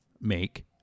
make